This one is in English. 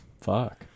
Fuck